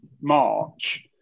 March